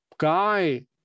guy